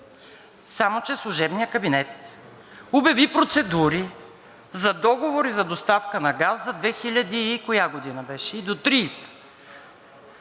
Само че служебният кабинет обяви процедури за договори за доставка на газ за 2000 и коя година беше, и до